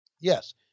Yes